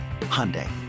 Hyundai